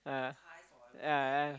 ah yeah yeah